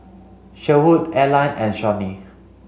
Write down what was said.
Sherwood Arline and Shawnee